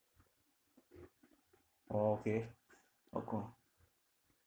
oh okay okay